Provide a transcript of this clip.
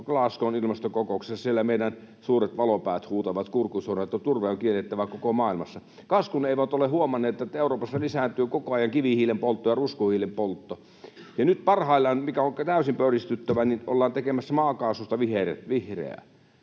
Glasgow’n ilmastokokouksessa meidän suuret valopäät huutavat kurkku suorana, että turve on kiellettävä koko maailmassa. Kas kun eivät ole huomanneet, että Euroopassa lisääntyy koko ajan kivihiilenpoltto ja ruskohiilenpoltto. Ja nyt parhaillaan, mikä on täysin pöyristyttävää, ollaan tekemässä maakaasusta vihreää.